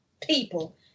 people